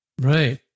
Right